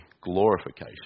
glorification